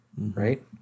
right